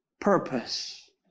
purpose